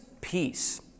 peace